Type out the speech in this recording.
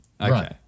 Okay